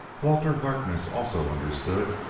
walter harkness also understood,